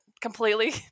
completely